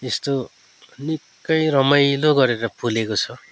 यस्तो निक्कै रमाइलो गरेर फुलेको छ